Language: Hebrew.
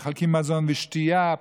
מחלקים מזון ושתייה,